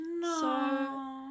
No